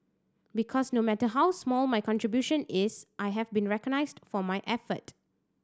because no matter how small my contribution is I have been recognised for my efforts